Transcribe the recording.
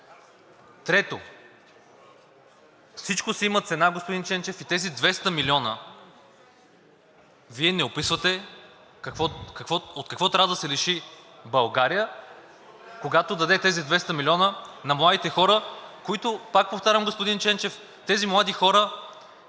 Трето, всичко си има цена, господин Ченчев, и за тези 200 милиона Вие не описвате от какво трябва да се лиши България, когато даде тези 200 милиона на младите хора, които пак повтарям, господин Ченчев, тези млади не